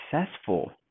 successful